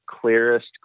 clearest